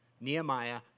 Nehemiah